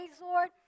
Lord